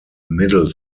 middle